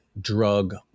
drug